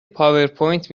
پاورپوینت